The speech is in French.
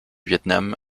vietnam